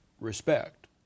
respect